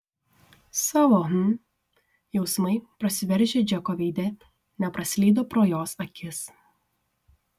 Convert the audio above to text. savo hm jausmai prasiveržę džeko veide nepraslydo pro jos akis